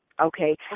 Okay